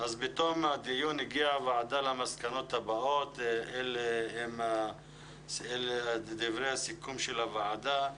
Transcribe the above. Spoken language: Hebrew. בתום הדיון הגיעה הוועדה למסקנות הבאות ואלה דברי הסיכום של הוועדה.